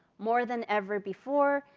more than ever before.